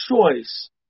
choice